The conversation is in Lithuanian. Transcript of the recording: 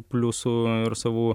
pliusų ir savų